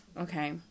Okay